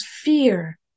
fear